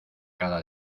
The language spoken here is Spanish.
cada